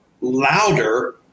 louder